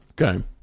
Okay